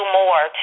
more